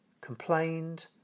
complained